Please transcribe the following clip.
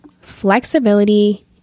Flexibility